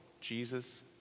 Jesus